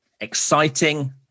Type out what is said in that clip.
Exciting